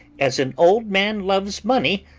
as an old man loves money,